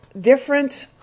different